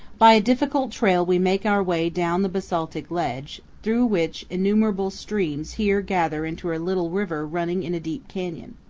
by a difficult trail we make our way down the basaltic ledge, through which innumerable streams here gather into a little river running in a deep canyon.